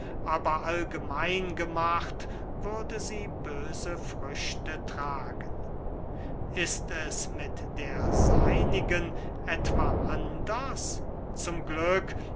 aber allgemein gemacht würde sie böse früchte tragen ist es mit der seinigen etwa anders zum glück